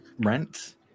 rent